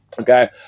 okay